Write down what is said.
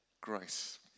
grace